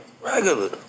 regular